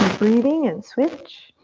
breathing, and switch.